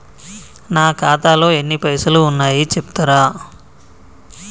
నా ఖాతాలో ఎన్ని పైసలు ఉన్నాయి చెప్తరా?